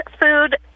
food